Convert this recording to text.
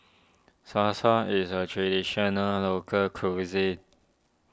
Salsa is a Traditional Local Cuisine